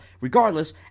Regardless